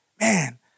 man